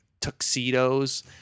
tuxedos